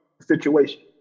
situation